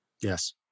yes